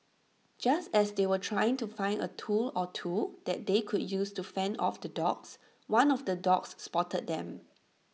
just as they were trying to find A tool or two that they could use to fend off the dogs one of the dogs spotted them